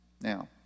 Now